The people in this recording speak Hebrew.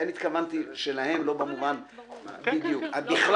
אני התכוונתי שלהם לא במובן בכלל,